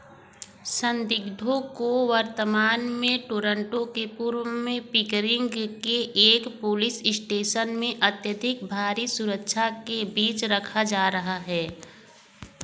संदिग्धों को वर्तमान में टोरंटो के पूर्व में पिकरिंग के एक पुलिस स्टेसन में अत्यधिक भारी सुरक्षा के बीच रखा जा रहा है